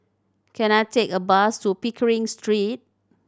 can I take a bus to Pickering Street